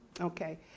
okay